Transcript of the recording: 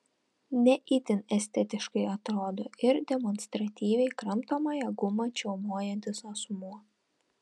ne itin estetiškai atrodo ir demonstratyviai kramtomąją gumą čiaumojantis asmuo